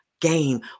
game